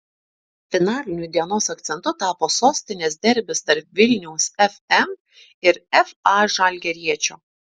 finaliniu dienos akcentu tapo sostinės derbis tarp vilniaus fm ir fa žalgiriečio